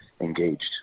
engaged